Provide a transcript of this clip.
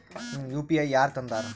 UPI ಯಾರ್ ತಂದಾರ?